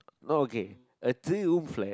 no okay a three room flat